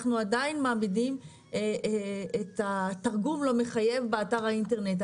אנחנו עדיין מעמידים את התרגום לא מחייב באתר האינטרנט.